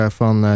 van